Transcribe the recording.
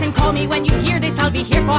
and call me when you hear this, i'll be here for